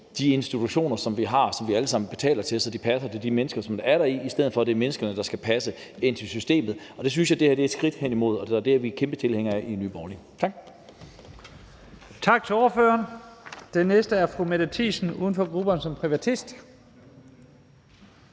de institutioner, som vi har, og som vi alle sammen betaler til, så de passer til de mennesker, som er der, i stedet for at det er menneskene, der skal passe ind i systemet. Det synes jeg at det her er et skridt hen imod, og det er vi kæmpe tilhængere af i Nye Borgerlige. Tak.